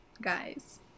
guys